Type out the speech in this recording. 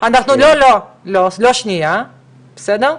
--- שנייה --- לא, לא שנייה, בסדר?